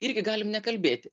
irgi galim nekalbėti